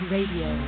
Radio